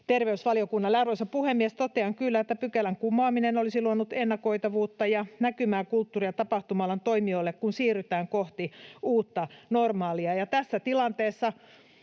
terveysvaliokunnalle. Arvoisa puhemies! Totean, että pykälän kumoaminen olisi kyllä luonut ennakoitavuutta ja näkymää kulttuuri- ja tapahtuma-alan toimijoille, kun siirrytään kohti uutta normaalia, ja tässä tilanteessa